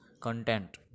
content